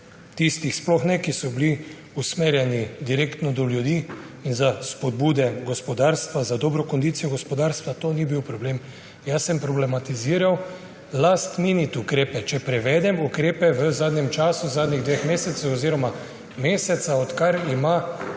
tistih, ki so bili usmerjeni direktno do ljudi, sploh ne, in za spodbude gospodarstva, za dobro kondicijo gospodarstva, to ni bil problem. Jaz sem problematiziral »last minute« ukrepe, če prevedem ukrepe v zadnjem času, v zadnjih dveh mesecih oziroma mesecu, odkar ima